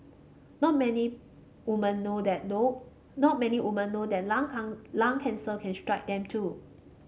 not many woman know that not many woman know that lung lung cancer can strike them too